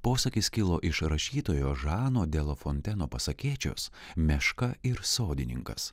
posakis kilo iš rašytojo žano de lafonteno pasakėčios meška ir sodininkas